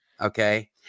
Okay